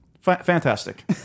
Fantastic